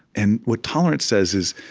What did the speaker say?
and what tolerance says is,